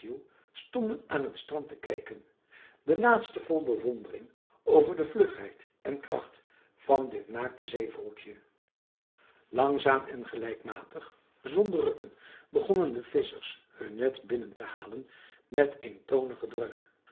stonden aan het strand te kijken de laatste vol bewondering over de vlugheid en kracht van dit naakte zeevolkje langzaam en gelijkmatig zonder rukken begonnen de vissers hun net binnen te halen met eentonige dreun